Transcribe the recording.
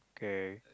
K